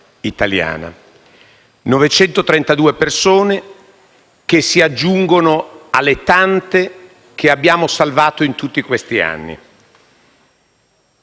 932 persone che si aggiungo alle tante che abbiamo salvato in tutti questi anni.